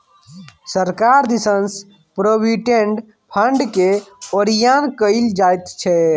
सरकार दिससँ प्रोविडेंट फंडकेँ ओरियान कएल जाइत छै